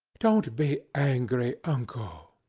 don't be angry, uncle.